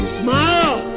smile